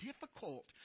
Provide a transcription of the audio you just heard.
difficult